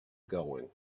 going